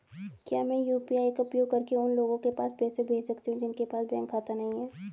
क्या मैं यू.पी.आई का उपयोग करके उन लोगों के पास पैसे भेज सकती हूँ जिनके पास बैंक खाता नहीं है?